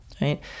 Right